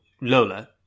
Lola